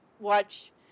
watch